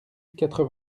quatre